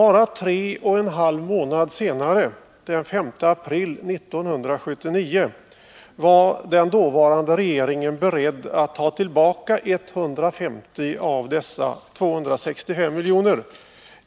Bara tre och en halv månader senare, den 5 april 1979, var den dåvarande regeringen beredd att ta tillbaka 150 av dessa 265 milj.kr.